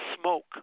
smoke